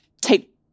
take